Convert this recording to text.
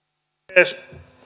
arvoisa puhemies